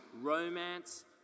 romance